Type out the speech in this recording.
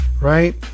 Right